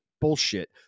Bullshit